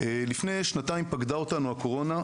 לפני שנתיים פקדה אותנו הקורונה.